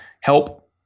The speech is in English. help